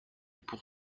pour